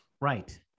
Right